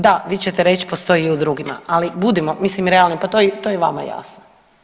Da, vi ćete reći postoji i u drugima ali budimo, mislim realni pa to je i vama jasno.